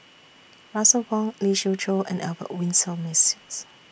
Russel Wong Lee Siew Choh and Albert Winsemius